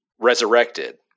Resurrected